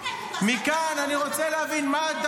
רגע, אם הוא כזה טהור,